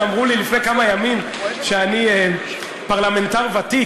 כשאמרו לי לפני כמה ימים שאני פרלמנטר ותיק,